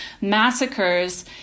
massacres